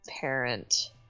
Parent